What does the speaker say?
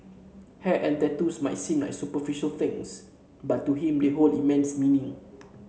hair and tattoos might seem like superficial things but to him they hold immense meaning